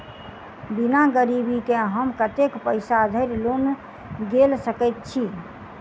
बिना गिरबी केँ हम कतेक पैसा धरि लोन गेल सकैत छी?